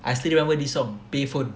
I still remember this song payphone